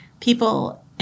people